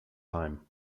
heim